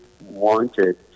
wanted